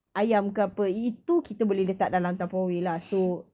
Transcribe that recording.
ayam ke apa itu kita boleh letak dalam tupperware lah so